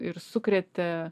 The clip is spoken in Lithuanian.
ir sukrėtė